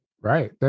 Right